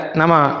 nama